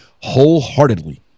wholeheartedly